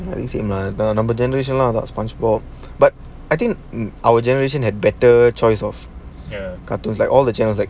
is it nice my the number generation lah that spongebob but I think our generation had better choice of cartoons like all the channels like